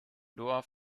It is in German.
dorf